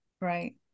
right